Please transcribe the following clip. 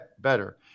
better